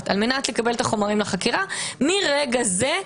על מנת לקבל את החומרים לחקירה מרגע זה,